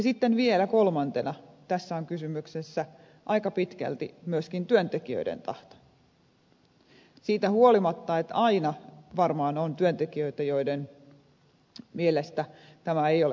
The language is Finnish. sitten vielä kolmantena tässä on kysymyksessä aika pitkälti myöskin työntekijöiden tahto siitä huolimatta että aina varmaan on työntekijöitä joiden mielestä tämä ei ole hyvä